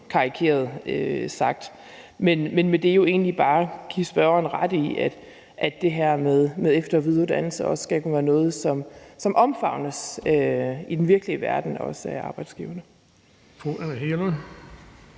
karikeret sagt. Men med det vil jeg jo egentlig bare give spørgeren ret i, at det her med efter- og videreuddannelse også skal kunne være noget, som omfavnes i den virkelige verden, også af arbejdsgiverne.